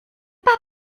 pas